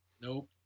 Nope